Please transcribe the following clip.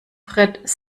frites